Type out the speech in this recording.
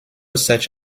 such